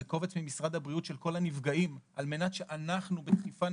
זה קובץ ממשרד הבריאות של כל הנפגעים על מנת שאנחנו בדחיפה,